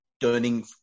turning